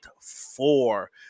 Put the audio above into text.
four